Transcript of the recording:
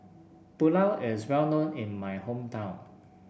pulao is well known in my hometown